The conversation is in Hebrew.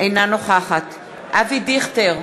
אינה נוכחת אבי דיכטר,